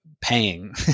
paying